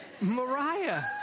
Mariah